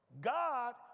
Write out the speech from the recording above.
God